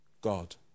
God